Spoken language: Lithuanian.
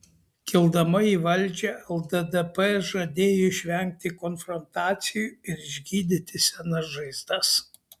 kildama į valdžią lddp žadėjo išvengti konfrontacijų ir išgydyti senas žaizdas